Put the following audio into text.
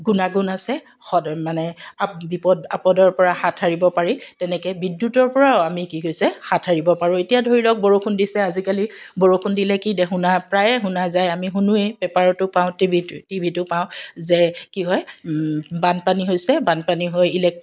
গুণাগুণ আছে সদ মানে বিপদ আপদৰ পৰা হাত সাৰিব পাৰি তেনেকৈ বিদ্যুতৰ পৰাও আমি কি হৈছে হাত সাৰিব পাৰোঁ এতিয়া ধৰি লওক বৰষুণ দিছে আজিকালি বৰষুণ দিলে কি শুনা প্ৰায়েই শুনা যায় আমি শুনোৱেই পেপাৰতো পাওঁ টিভিত টিভিটো পাওঁ যে কি হয় বানপানী হৈছে বানপানী হৈ ইলেক্ট